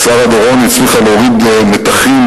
שרה דורון הצליחה להוריד מתחים,